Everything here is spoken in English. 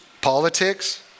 Politics